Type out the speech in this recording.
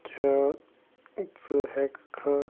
کیٛاہ ژٕ ہیٚکہٕ کھا